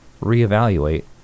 reevaluate